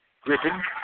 Griffin